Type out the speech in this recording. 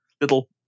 little